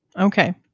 Okay